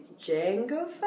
Django